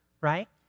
Right